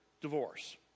divorce